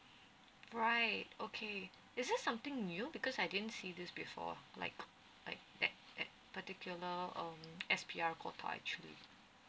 right okay is it something new because I didn't see this before like like that that particular um S_P_R quota actually